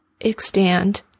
extend